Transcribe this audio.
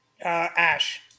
Ash